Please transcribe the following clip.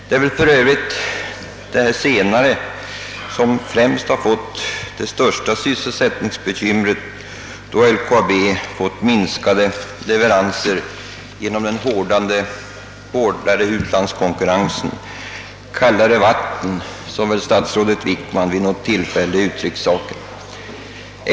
Det är väl för övrigt dessa senare som fått de största sysselsättningsbekymren då LKAB:s leveranser minskat på grund av den hårdare utlandskonkurrensen — genom att det blivit »kallare vatten», som statsrådet Wickman vid något tillfälle uttryckt saken.